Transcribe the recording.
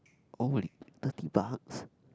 only thirty bucks